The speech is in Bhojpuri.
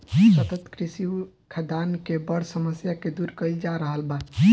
सतत कृषि खाद्यान के बड़ समस्या के दूर कइल जा रहल बा